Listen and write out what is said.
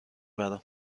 برام